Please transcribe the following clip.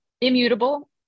immutable